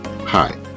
Hi